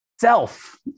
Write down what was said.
self